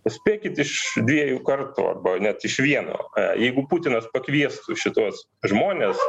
spėkit iš dviejų kartų arba net iš vieno jeigu putinas pakviestų šituos žmones